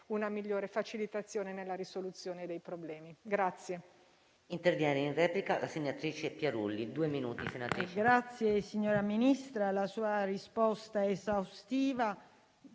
una migliore facilitazione nella risoluzione dei problemi.